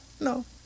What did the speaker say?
no